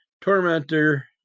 tormentor